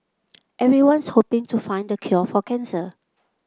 everyone's hoping to find the cure for cancer